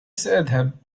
سأذهب